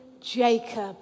Jacob